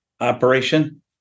operation